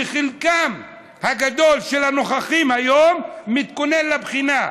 וחלקם הגדול של הנוכחים היום מתכוננים לבחינה.